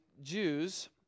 Jews